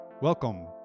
Welcome